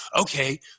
Okay